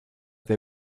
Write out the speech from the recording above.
they